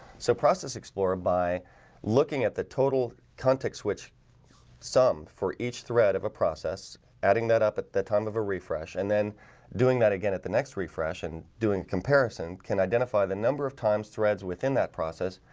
so process explorer by looking at the total context which sum for each thread of a process adding that up at the time of a refresh and then doing that again at the next refresh and doing comparison can identify the number of times threads within that process?